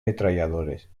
metralladores